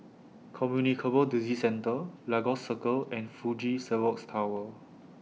Communicable Disease Centre Lagos Circle and Fuji Xerox Tower